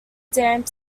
damp